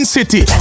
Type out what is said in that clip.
City